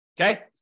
Okay